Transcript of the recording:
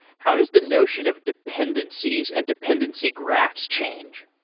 how does the notion of dependencies and dependency graphs change?